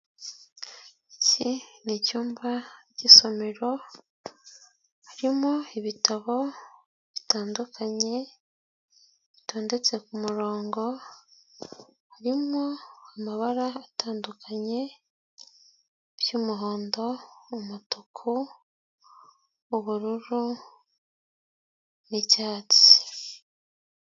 Iki ni icyumba cy'isomero, harimo ibitabo bitandukanye bitondetse ku murongo, harimo amabara atandukanye by'umuhondo, umutuku, ubururu n'icyatsi.